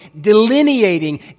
delineating